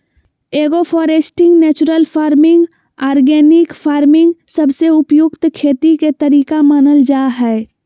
agro foresting, natural farming, organic farming सबसे उपयुक्त खेती के तरीका मानल जा हय